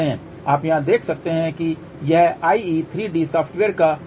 आप यहां देख सकते हैं कि यह IE3D सॉफ्टवेयर का मॉडुआ हिस्सा है